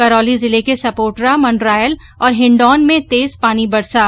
करौली जिले के सपोटरा मंडरायल और हिंडौन में तेज पानी बेरसा